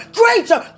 greater